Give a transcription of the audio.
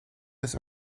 this